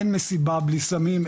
אין מסיבה בלי סמים,